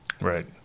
Right